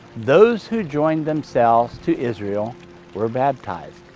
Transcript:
those who joined themselves to israel were baptized.